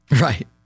Right